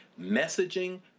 Messaging